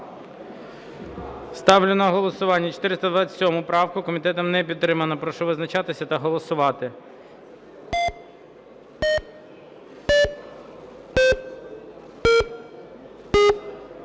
Ставлю на голосування 427 правку. Комітетом не підтримана. Прошу визначатися та голосувати.